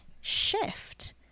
shift